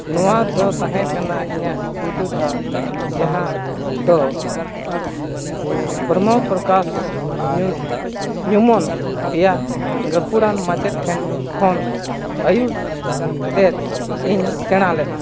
ᱱᱚᱣᱟ ᱫᱚ ᱛᱟᱦᱮᱸ ᱠᱟᱱᱟ ᱤᱧᱟᱹᱜ ᱯᱩᱭᱞᱩ ᱫᱷᱟᱯ ᱡᱟᱦᱟᱸ ᱫᱚ ᱵᱨᱚᱢᱚ ᱯᱨᱚᱠᱟᱥ ᱧᱩᱛ ᱧᱩᱢᱚᱱ ᱯᱮᱭᱟ ᱜᱟᱹᱠᱷᱩᱲᱟᱱ ᱢᱟᱪᱮᱫ ᱴᱷᱮᱱ ᱠᱷᱚᱱ ᱟᱹᱭᱩᱨ ᱟᱹᱭᱩᱨ ᱛᱮᱫ ᱤᱧ ᱥᱮᱬᱟ ᱞᱮᱫᱟ